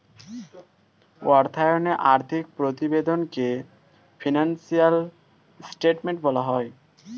অর্থায়নে আর্থিক প্রতিবেদনকে ফিনান্সিয়াল স্টেটমেন্ট বলা হয়